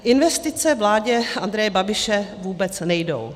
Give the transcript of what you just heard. Investice vládě Andreje Babiše vůbec nejdou.